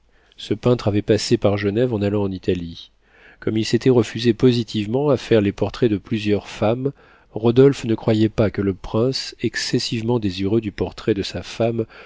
ce peintre avait passé par genève en allant en italie comme il s'était refusé positivement à faire les portraits de plusieurs femmes rodolphe ne croyait pas que le prince excessivement désireux du portrait de sa femme